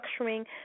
structuring